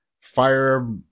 fire